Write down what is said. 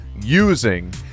using